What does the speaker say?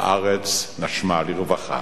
והארץ נשמה לרווחה.